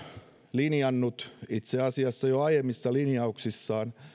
linjannut itse asiassa jo aiemmissa linjauksissaan